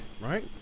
Right